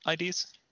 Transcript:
IDs